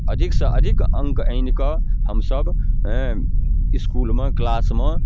अधिकसँ अधिक अङ्क आनिकऽ हमसभ हेँ इसकुलमे किलासमे